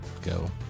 Go